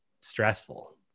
stressful